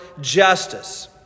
justice